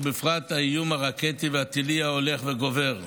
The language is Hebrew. ובפרט האיום הרקטי והטילי ההולך וגובר,